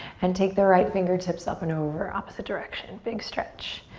and take the right fingertips up and over. opposite direction, big stretch.